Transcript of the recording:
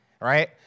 right